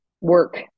work